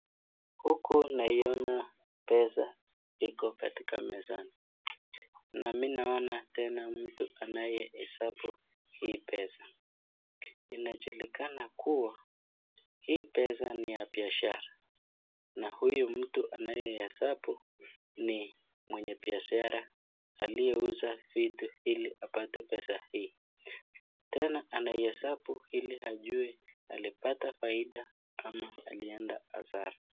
Huku naiona pesa iko katika mezani. Na mimi naona tena mtu anayehesabu hii pesa. Inajulikana kuwa hii pesa ni ya biashara. Na huyu mtu anayehesabu ni mwenye biashara aliyeuza vitu ili apate pesa hii. Tena anaihesabu ili ajue alipata faida ama alienda hasara.